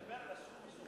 אתה מדבר על הסכום הסופי,